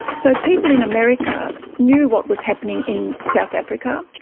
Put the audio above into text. so people in america knew what was happening in south africa,